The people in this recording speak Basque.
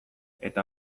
eta